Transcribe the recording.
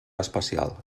especial